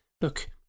look